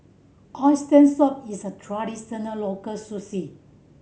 Oxtail Soup is a traditional local